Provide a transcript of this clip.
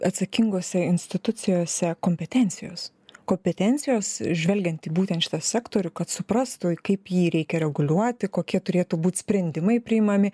atsakingose institucijose kompetencijos kompetencijos žvelgiant į būtent šitą sektorių kad suprastų kaip jį reikia reguliuoti kokie turėtų būt sprendimai priimami